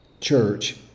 church